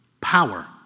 power